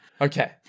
Okay